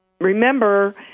Remember